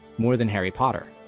more than harry potter,